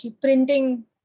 printing